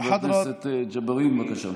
חבר הכנסת ג'בארין, בבקשה.